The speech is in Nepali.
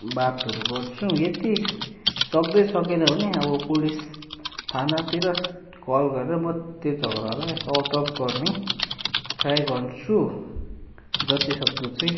बातहरू गर्छु यदि सक्दै सकिनँ भने अब पुलिस थानातिर कल गरेर म त्यो झगडालाई सर्टआउट गर्ने ट्राई गर्छु जतिसक्दो चाहिँ